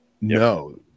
no